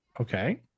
okay